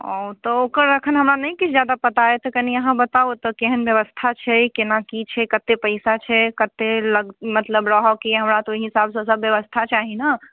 ओ तऽ ओकर एखन हमरा नहि किछु जादा पता अइ तऽ कनि अहाँ बताउ ओतऽ केहन व्यवस्था छै केना कि छै कतेक पैसा छै कतेक लग मतलब रहऽ के यऽ हमरा तऽ ओहि हिसाबसँ सभ व्यवस्था चाही ने